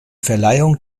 verleihung